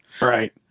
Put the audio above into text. right